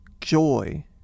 joy